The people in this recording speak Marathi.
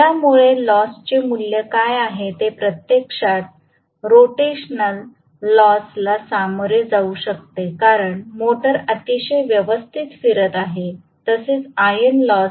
यामुळे लॉस चे मूल्य काय आहे जे प्रत्यक्षात रोटेशनल लॉस ला सामोरे जाऊ शकते कारण मोटर अतिशय व्यवस्थित फिरत आहे तसेच आयर्न लॉस